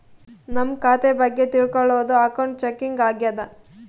ನಮ್ ಖಾತೆ ಬಗ್ಗೆ ತಿಲ್ಕೊಳೋದು ಅಕೌಂಟ್ ಚೆಕಿಂಗ್ ಆಗ್ಯಾದ